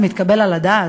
זה מתקבל על הדעת?